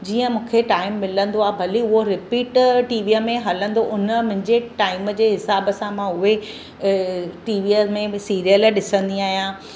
जीअं मूंखे टाइम मिलंदो आहे भले उहो रिपीट टीवीअ में हलंदो उन मुंहिंजे टाइम जे हिसाब सां मां उहे टीवीअ में सीरियल ॾिसंदी आहियां